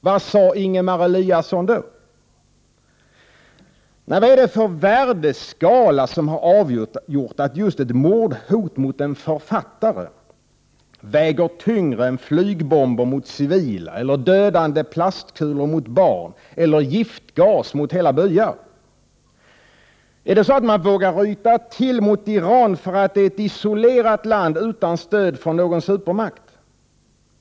Vad sade Ingemar Eliasson då? Vad är det för värdeskala som har avgjort att just ett mordhot mot en författare väger tyngre än flygbomber mot civila, dödande plastkulor mot barn eller giftgas mot hela byar? Är det så att man vågar ryta till mot Iran för att det är ett isolerat land utan stöd från någon supermakt?